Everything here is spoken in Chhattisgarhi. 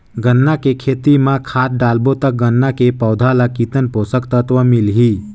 गन्ना के खेती मां खाद डालबो ता गन्ना के पौधा कितन पोषक तत्व मिलही?